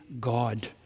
God